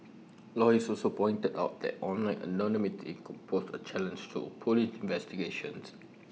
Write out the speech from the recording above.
lawyers also pointed out that online anonymity could pose A challenge to Police investigations